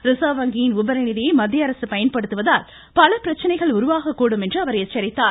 reserve வங்கியின் உபரி நிதியை மத்திய அரசு பயன்படுத்துவதால் பல பிரச்சினைகள் உருவாகக்கூடும் என்றும் அவர் எச்சரித்தார்